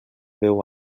veu